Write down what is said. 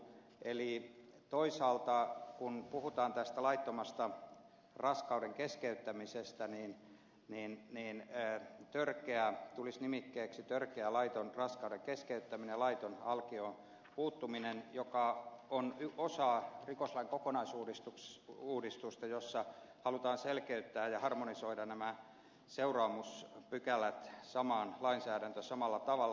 eli toisaalta kun puhutaan tästä laittomasta raskauden keskeyttämisestä niin me emme me enempää tyrkkää tulisi nimikkeeksi törkeä laiton raskauden keskeyttäminen ja laiton alkioon puuttuminen mikä on osa rikoslain kokonaisuudistusta jossa halutaan selkeyttää ja harmonisoida nämä seuraamuspykälät samaan lainsäädäntöön samalla tavalla